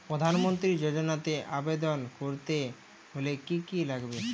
প্রধান মন্ত্রী যোজনাতে আবেদন করতে হলে কি কী লাগবে?